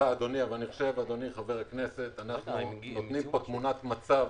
אנחנו נותנים פה תמונת מצב